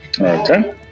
Okay